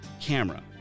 camera